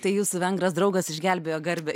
tai jūsų vengras draugas išgelbėjo garbę